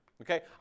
Okay